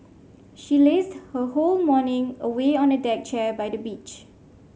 she lazed her whole morning away on a deck chair by the beach